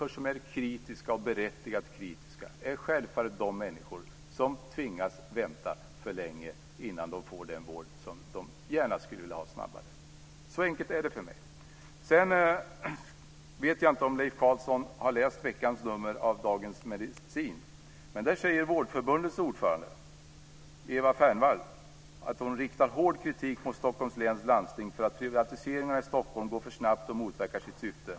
De som är kritiska, berättigat kritiska, är självfallet de människor som tvingas vänta för länge innan de får den vård som de gärna skulle vilja få snabbare. Så enkelt är det för mig. Sedan vet jag inte om Leif Carlsson har läst veckans nummer av Dagens Medicin. Där säger Vårdförbundets ordförande Eva Fernvall att hon riktar hård kritik mot Stockholms läns landsting för att privatiseringarna i Stockholm går för snabbt och motverkar sitt syfte.